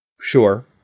Sure